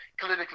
clinically